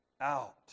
out